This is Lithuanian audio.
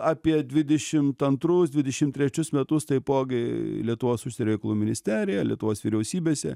apie dvidešimt antrus dvidešim trečius metus taipogi lietuvos užsienio reikalų ministerija lietuvos vyriausybėse